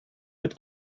mit